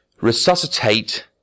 resuscitate